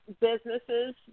businesses